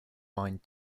mind